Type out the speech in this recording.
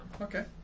Okay